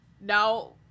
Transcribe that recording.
Now